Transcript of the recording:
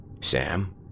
Sam